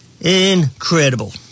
Incredible